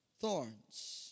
Thorns